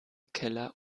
keller